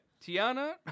Tiana